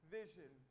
vision